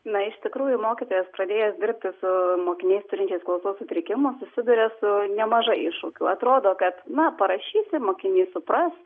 na iš tikrųjų mokytojas pradėjęs dirbti su mokiniais turinčiais klausos sutrikimų susiduria su nemažai iššūkių atrodo kad na parašysi mokinys supras